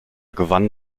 gewann